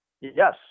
yes